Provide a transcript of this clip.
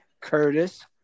Curtis